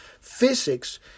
physics